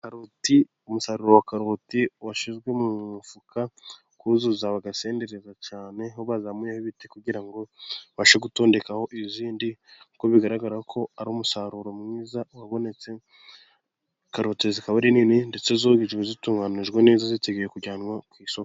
Karoti ,umusaruro wa karoti washyizwe mu mifuka, kuzuza bagasendereza cyane, aho bazamuyeho ibiti kugira ngo babashe gutondekaho izindi, kuko bigaragara ko ari umusaruro mwiza wabonetse, karoti zikaba ari nini ndetse zujujwe zitunganijwe neza ziteguye kujyanwa ku isoko.